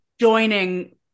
joining